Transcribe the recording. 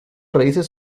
raíces